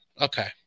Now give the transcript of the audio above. Okay